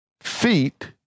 feet